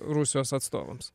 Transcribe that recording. rusijos atstovams